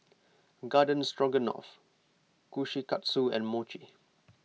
Garden Stroganoff Kushikatsu and Mochi